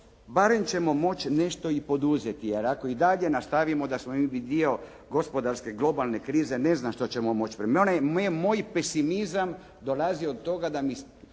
barem ćemo moći nešto i poduzeti jer ako i dalje nastavimo da smo mi dio gospodarske globalne krize, ne znam što ćemo moći. Moj pesimizam dolazi od toga što mi